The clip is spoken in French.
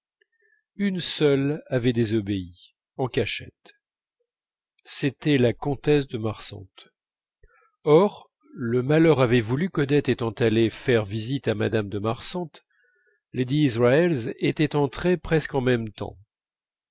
une seule avait désobéi en cachette c'était la comtesse de marsantes or le malheur avait voulu qu'odette étant allé faire visite à mme de marsantes lady israels était entrée presque en même temps